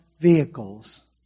vehicles